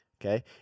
okay